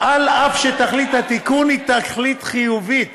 אף שתכלית התיקון היא חיובית,